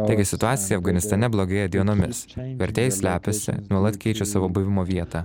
taigi situacija afganistane blogėja dienomis vertėjai slepiasi nuolat keičia savo buvimo vietą